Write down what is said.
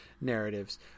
narratives